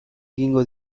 egingo